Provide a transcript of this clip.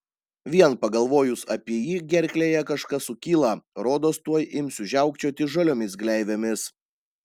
vien pagalvojus apie jį gerklėje kažkas sukyla rodos tuoj imsiu žiaukčioti žaliomis gleivėmis